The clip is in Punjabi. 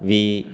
ਵੀ